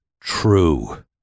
true